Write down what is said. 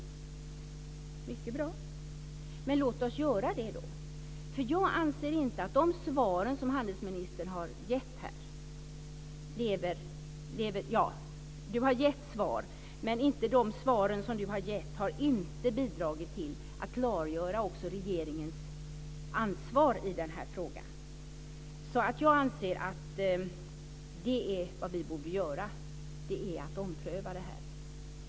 Det är mycket bra. Men låt oss göra det då. Jag anser nämligen inte att de svar som handelsministern har gett här har bidragit till att klargöra också regeringens ansvar i denna fråga. Jag anser alltså att vi borde ompröva detta med tanke på omständigheterna.